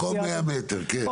במקום 100 מ"ר, כן.